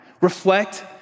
reflect